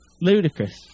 ludicrous